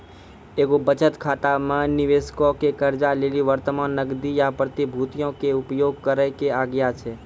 एगो बचत खाता मे निबेशको के कर्जा लेली वर्तमान नगदी या प्रतिभूतियो के उपयोग करै के आज्ञा छै